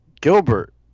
Gilbert